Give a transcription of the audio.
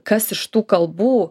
kas iš tų kalbų